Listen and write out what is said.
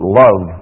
love